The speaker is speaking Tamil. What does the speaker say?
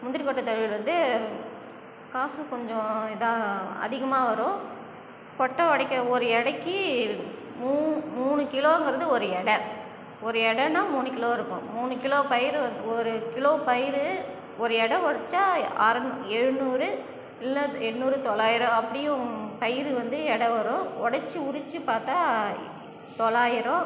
முந்திரி கொட்டை தொழில் வந்து காசு கொஞ்சம் இதாக அதிகமாக வரும் கொட்டை உடைக்க ஒரு எடைக்கு மூணு மூணு கிலோங்கிறது ஒரு எடை ஒரு எடைனா மூணு கிலோ இருக்கும் மூணு கிலோ பயிறு ஒரு கிலோ பயிறு ஒரு எடை உடச்சா அறுநூ எழுநூறு இல்லை எட்நூறு தொள்ளாயிரம் அப்படியும் பயிறு வந்து எடை வரும் உடச்சி உரிச்சு பார்த்தா தொள்ளாயிரம்